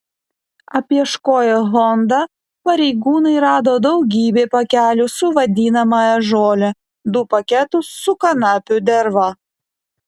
apieškoję honda pareigūnai rado daugybę pakelių su vadinamąją žole du paketus su kanapių derva